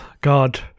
God